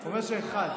הוא אומר שרק אחד.